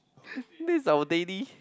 this is our daily